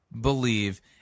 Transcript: believe